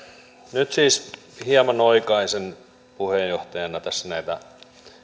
nyt siis hieman oikaisen puheenjohtajana tässä näitä